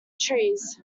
trees